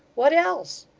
what else